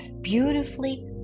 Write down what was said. beautifully